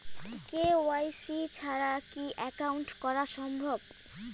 KYC ছাড়া কি account করা সম্ভব?